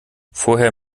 vorher